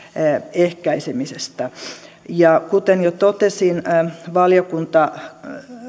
ehkäisemisestä kuten jo totesin valiokunta